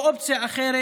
או אופציה אחרת.